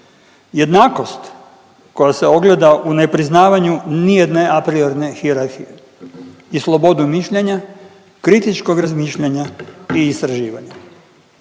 Jednakost koja se ogleda u nepriznavanju nijedne apriorne hijerarhije i slobodu mišljenja, kritičkog razmišljanja i istraživanja.